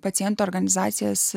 pacientų organizacijas